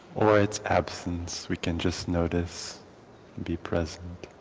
or its absence. we can just notice be present.